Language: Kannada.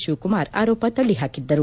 ಶಿವಕುಮಾರ್ ಆರೋಪ ತಳ್ಳಿಹಾಕಿದ್ದರು